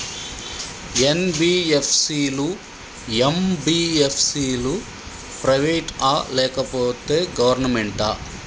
NBFC లు, MBFC లు private ఆ లేకపోతే గవర్నమెంటా?